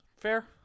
fair